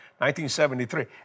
1973